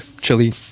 chili